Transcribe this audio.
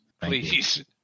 please